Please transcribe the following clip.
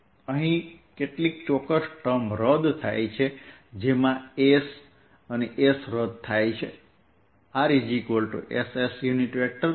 અહીં કેટલીક ચોક્કસ ટર્મ કેન્સલ થશે ss કેન્સલ થશે zz કેન્સલ થશે અને મને dl s